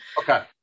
okay